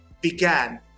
began